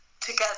together